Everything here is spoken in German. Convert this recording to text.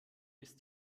ist